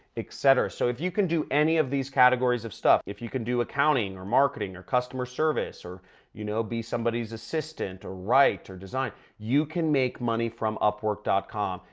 etc. so, if you can do any of these categories of stuff, if you can do accounting or marketing or customer service or you know be somebody's assistant or write or design, you can make money from upwork com.